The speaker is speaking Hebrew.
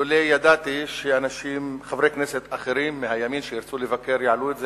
לולא ידעתי שחברי כנסת אחרים מהימין שירצו לבקר יעלו את זה,